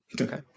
Okay